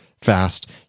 fast